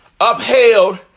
upheld